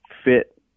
fit